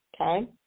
okay